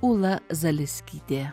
ūla zaliskytė